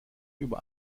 über